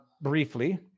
briefly